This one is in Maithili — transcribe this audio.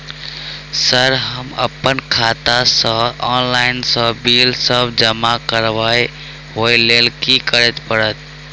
सर हम अप्पन खाता सऽ ऑनलाइन सऽ बिल सब जमा करबैई ओई लैल की करऽ परतै?